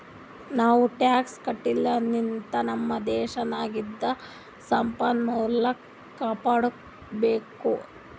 ನಾವೂ ಟ್ಯಾಕ್ಸ್ ಕಟ್ಟದುರ್ಲಿಂದ್ ನಮ್ ದೇಶ್ ನಾಗಿಂದು ಸಂಪನ್ಮೂಲ ಕಾಪಡ್ಕೊಬೋದ್